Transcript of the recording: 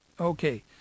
Okay